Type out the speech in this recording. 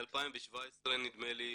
מ-2017 נדמה לי